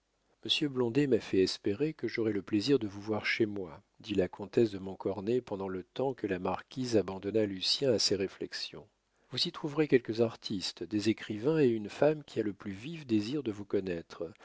m'a fait espérer que j'aurais le plaisir de vous voir chez vous dit la comtesse de montcornet pendant le temps que la marquise abandonna lucien à ses réflexions vous y trouverez quelques artistes des écrivains et une femme qui a le plus vif désir de vous connaître